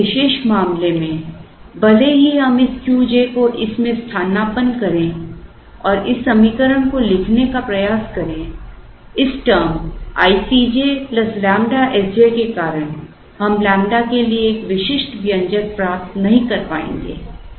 अब इस विशेष मामले में भले ही हम इस Q j को इस में स्थानापन्न करें और इस समीकरण को लिखने का प्रयास करें इस term i c j lambda S j के कारण हम लैम्ब्डा के लिए एक विशिष्ट व्यंजक प्राप्त नहीं कर पाएंगे